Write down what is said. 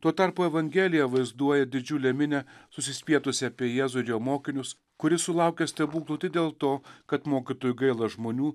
tuo tarpu evangelija vaizduoja didžiulę minią susispietusią apie jėzų ir jo mokinius kuri sulaukia stebuklų tik dėl to kad mokytojui gaila žmonių